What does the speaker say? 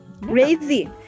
Crazy